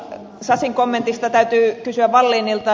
sasin kommentista täytyy kysyä wallinilta